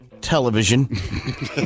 television